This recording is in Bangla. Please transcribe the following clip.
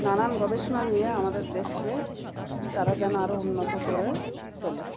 নানান গবেষণা নিয়ে আমাদের দেশকে তারা যেন আরও উন্নত করে তোলে